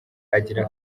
agira